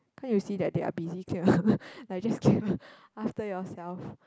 can't you see that they are busy clearing up like just clear after yourself